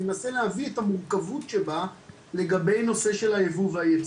מנסה להביא את המורכבות שבה לגבי הנושא של הייבוא והייצוא.